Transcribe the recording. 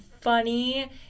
funny